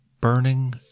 Burning